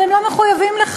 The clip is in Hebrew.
אבל הם לא מחויבים לכך.